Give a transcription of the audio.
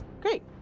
great